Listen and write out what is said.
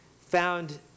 found